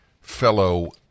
fellow